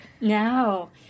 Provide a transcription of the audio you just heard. No